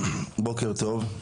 בוקר טוב.